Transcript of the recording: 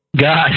god